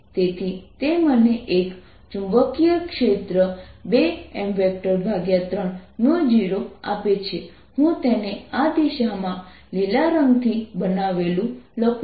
તેથી તે મને એક ચુંબકીય ક્ષેત્ર 2M30આપે છે હું તેને આ દિશામાં લીલા રંગથી બનાવેલું લખું છું